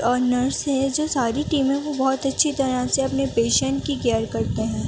اور نرس ہیں جو ساری ٹیمیں ہیں وہ بہت اچھی طرح سے اپنے پیشنٹ کی کیئر کرتے ہیں